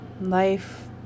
life